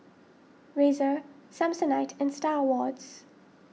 Razer Samsonite and Star Awards